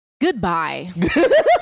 Goodbye